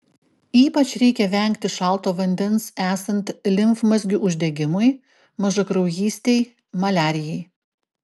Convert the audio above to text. ypač reikia vengti šalto vandens esant limfmazgių uždegimui mažakraujystei maliarijai